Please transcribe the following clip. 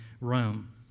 Rome